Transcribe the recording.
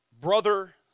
Brother